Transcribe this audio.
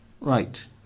Right